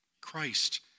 Christ